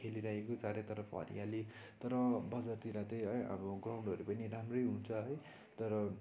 खेलिरहेको चारै तर्फ हरियाली तर बजारतिर त है अब ग्राउन्डहरू पनि राम्रो हुन्छ है तर